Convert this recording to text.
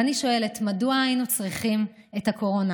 ואני שואלת: מדוע היינו צריכים את הקורונה